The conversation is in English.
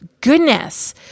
goodness